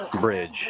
bridge